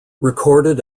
recorded